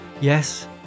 yes